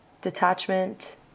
detachment